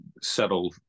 settle